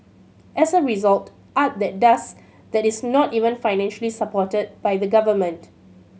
as a result art that does that is not even financially supported by the government